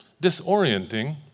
disorienting